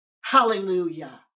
Hallelujah